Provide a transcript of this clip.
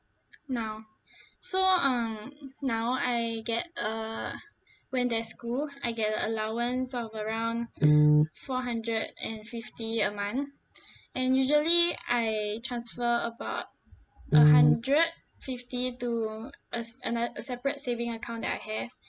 now so um now I get err when there's school I get allowance of around four hundred and fifty a month and usually I transfer about a hundred fifty to a s~ ano~ separate saving account that I have